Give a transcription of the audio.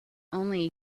only